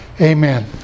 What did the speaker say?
Amen